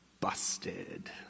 busted